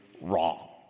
wrong